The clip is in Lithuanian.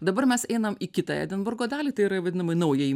dabar mes einam į kitą edinburgo dalį tai yra vadinamąjį naująjį